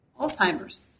Alzheimer's